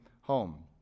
home